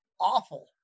awful